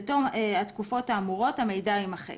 ובתום התקופות האמורות המידע יימחק,